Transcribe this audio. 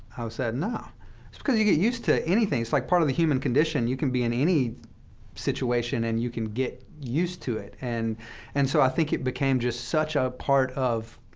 said, no. it's because you get used to anything. it's like part of the human condition. you can be in any situation, and you can get used to it. and and so i think it became just such a part of